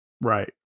Right